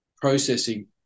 processing